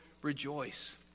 Rejoice